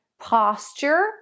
Posture